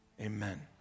amen